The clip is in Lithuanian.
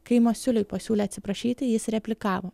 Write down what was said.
kai masiuliui pasiūlė atsiprašyti jis replikavo